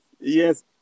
Yes